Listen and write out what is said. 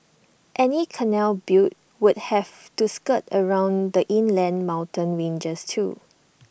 any canal built would have to skirt around the inland mountain ranges too